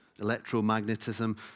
electromagnetism